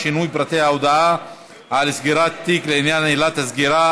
(שינוי פרטי ההודעה על סגירת תיק לעניין עילת הסגירה),